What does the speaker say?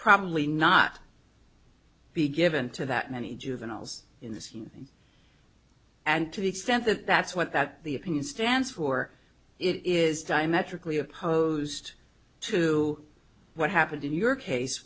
probably not be given to that many juveniles in this and to the extent that that's what that the opinion stands for it is diametrically opposed to what happened in your case